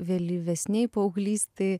vėlyvesnėj paauglystėj